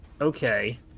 okay